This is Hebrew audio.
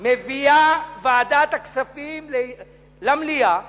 מביאה ועדת הכספים למליאה